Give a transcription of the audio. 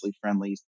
friendly